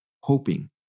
hoping